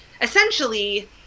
essentially